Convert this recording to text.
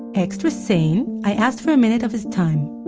extra sane, i asked for a minute of his time.